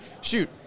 shoot